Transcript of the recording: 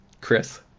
Chris